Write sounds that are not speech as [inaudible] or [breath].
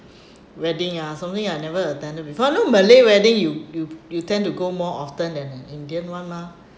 [breath] wedding ah something I've never attended before you know malay wedding you you you tend to go more often then an indian one mah [breath]